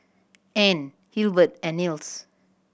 Anne Hilbert and Nils